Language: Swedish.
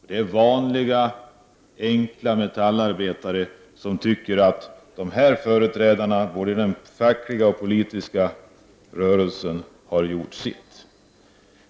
Det är vanliga, enkla metallarbetare som tycker att dessa företrädare både för den fackliga och för den politiska rörelsen har gjort sitt.